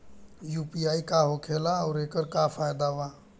UPI का होखेला आउर एकर का फायदा बा?